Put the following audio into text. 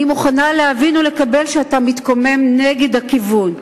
אני מוכנה להבין ולקבל שאתה מתקומם נגד הכיוון,